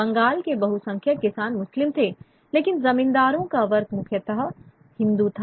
बंगाल के बहुसंख्यक किसान मुस्लिम थे लेकिन जमींदारों का वर्ग मुख्यतः हिंदू था